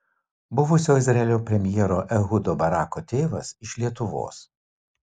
buvusio izraelio premjero ehudo barako tėvas iš lietuvos